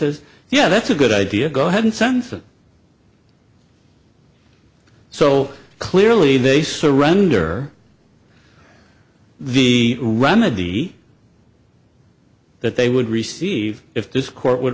says yeah that's a good idea go ahead and censor so clearly they surrender the remedy that they would receive if this court would